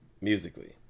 musically